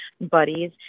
buddies